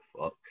fuck